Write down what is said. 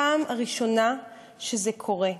פעם ראשונה שזה קורה.